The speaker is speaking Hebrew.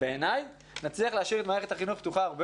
בעיניי נצליח להשאיר את מערכת החינוך פתוחה הרבה